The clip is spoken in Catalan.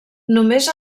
només